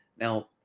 Now